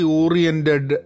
oriented